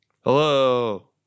Hello